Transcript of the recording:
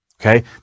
okay